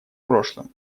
прошлым